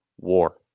war